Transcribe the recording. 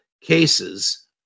cases